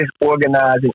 organizing